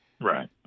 Right